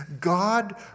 God